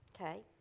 Okay